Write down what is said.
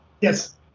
Yes